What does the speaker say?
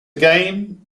game